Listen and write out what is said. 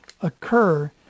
occur